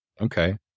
okay